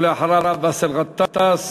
ואחריו, באסל גטאס.